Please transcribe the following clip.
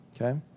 okay